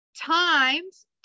times